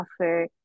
offer